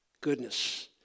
Goodness